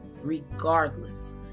Regardless